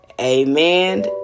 Amen